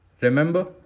Remember